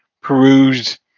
perused